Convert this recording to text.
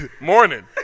morning